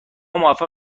موفق